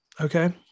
Okay